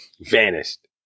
vanished